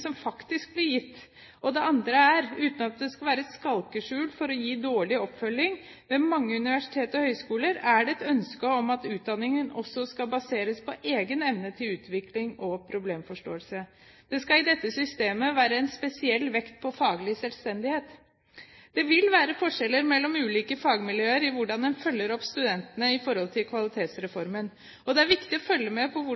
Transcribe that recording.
som faktisk blir gitt, og den andre er – uten at det skal være et skalkeskjul for å gi dårlig oppfølging – at det ved mange universiteter og høyskoler er et ønske om at utdanningen også skal baseres på egen evne til utvikling og problemforståelse. Det skal i dette systemet være spesiell vekt på faglig selvstendighet. Det vil være forskjeller mellom ulike fagmiljøer i hvordan de følger opp studentene i forhold til